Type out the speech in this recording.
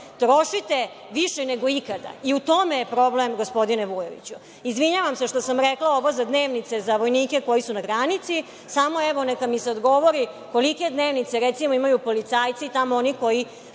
trošite više nego ikada. U tome je problem, gospodine Vujoviću. Izvinjavam se što sam rekla ovo za dnevnice za vojnike koji su na granici. Samo, evo, neka mi se odgovori kolike dnevnice recimo imaju policajci i tamo oni koji